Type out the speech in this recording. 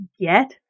get